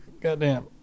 Goddamn